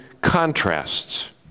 contrasts